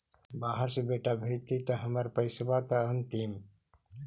बाहर से बेटा भेजतय त हमर पैसाबा त अंतिम?